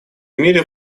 мире